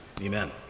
Amen